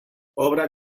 obra